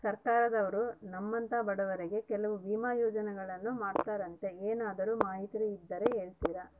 ಸರ್ಕಾರದವರು ನಮ್ಮಂಥ ಬಡವರಿಗಾಗಿ ಕೆಲವು ವಿಮಾ ಯೋಜನೆಗಳನ್ನ ಮಾಡ್ತಾರಂತೆ ಏನಾದರೂ ಮಾಹಿತಿ ಇದ್ದರೆ ಹೇಳ್ತೇರಾ?